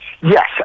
Yes